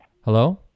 Hello